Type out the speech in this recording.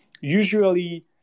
usually